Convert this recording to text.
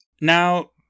Now